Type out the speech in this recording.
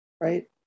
right